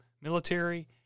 military